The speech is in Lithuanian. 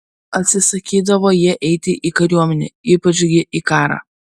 atsisakydavo jie eiti į kariuomenę ypač gi į karą